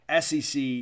SEC